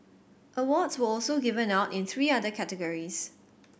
awards were also given out in three other categories